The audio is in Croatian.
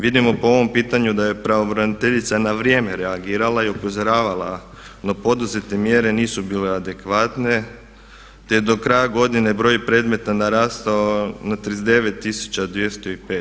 Vidimo po ovom pitanju da je pravobraniteljica na vrijeme reagirala i upozoravala da poduzete mjere nisu bile adekvatne, te je do kraja godine broj predmeta narastao na 39205.